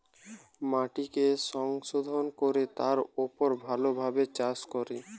মাটিকে সংশোধন কোরে তার উপর ভালো ভাবে চাষ করে